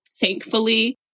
Thankfully